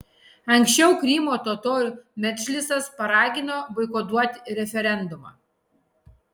anksčiau krymo totorių medžlisas paragino boikotuoti referendumą